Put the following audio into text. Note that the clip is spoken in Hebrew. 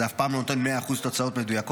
זה אף פעם לא נותן 100% תוצאות מדויקות.